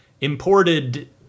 imported